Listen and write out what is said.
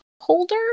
holder